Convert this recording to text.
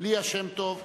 ליה שמטוב,